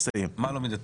מה לא מיתי?